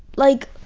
like,